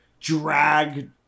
drag